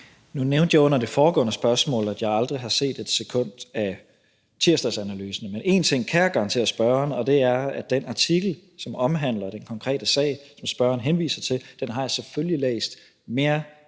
Nu nævnte jeg under det foregående spørgsmål, at jeg aldrig har set et sekund af Tirsdagsanalysen, men én ting kan jeg garantere spørgeren, og det er, at den artikel, som omhandler den konkrete sag, som spørgeren henviser til, har jeg selvfølgelig læst mere end almindelig